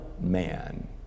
man